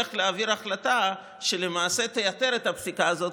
אבל בצד הוא הולך להעביר החלטה שלמעשה תייתר את הפסיקה הזאת,